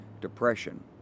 Depression